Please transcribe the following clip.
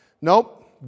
Nope